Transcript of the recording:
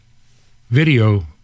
video